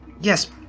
yes